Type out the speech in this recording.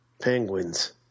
Penguins